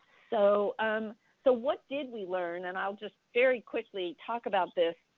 so um so what did we learn? and i'll just very quickly talk about this.